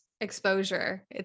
exposure